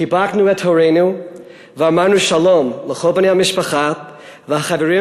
חיבקנו את הורינו ואמרנו שלום לכל בני המשפחה והחברים,